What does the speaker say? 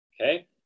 okay